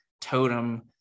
totem